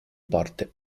porte